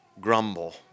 grumble